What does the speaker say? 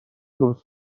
درست